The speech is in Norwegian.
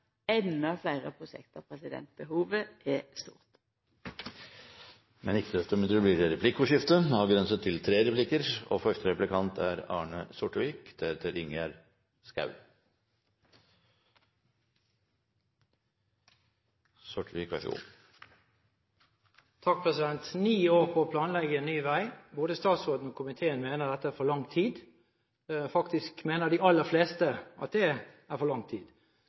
enda fleire prosjekt. Behovet er stort. Men ikke desto mindre blir det replikkordskifte. Ni år på å planlegge en ny vei – både statsråden og komiteen mener at det er for lang tid. Faktisk mener de aller fleste at det er for lang tid.